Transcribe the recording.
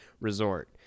resort